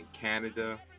Canada